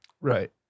right